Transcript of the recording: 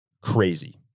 crazy